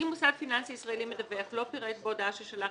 אם מוסד פיננסי ישראלי מדווח לא פירט בהודעה ששלח